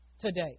today